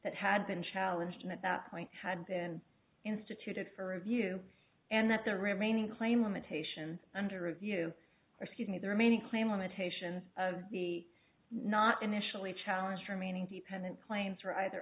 that had been challenged and at that point had been instituted for review and that the remaining claim limitation under review refusing the remaining claim limitations be not initially challenged remaining the pendant claims are either